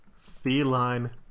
feline